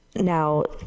now,